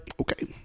okay